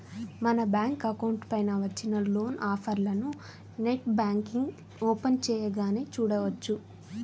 మన bank account పైన వచ్చిన లోన్ ఆఫర్లను నెట్ బ్యాంకింగ్ ఓపెన్ చేయగానే చూడవచ్చు